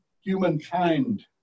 humankind